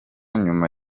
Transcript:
nyuma